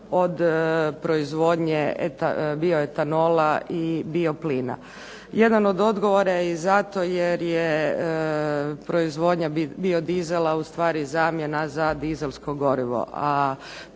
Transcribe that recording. od proizvodnje bioetanola i bioplina. Jedan od odgovora je i zato jer je proizvodnja biodizela u stvari zamjena za dizelsko gorivo,